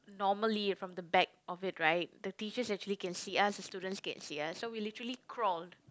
normally from the back of it right the teachers actually can see us and students can see us so we literally crawled